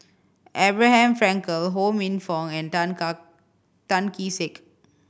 Abraham Frankel Ho Minfong and Tan Kee Sek